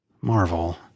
Marvel